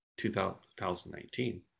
2019